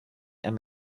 and